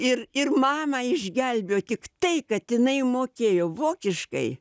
ir ir mamą išgelbėjo tiktai kad jinai mokėjo vokiškai